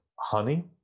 honey